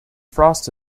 frost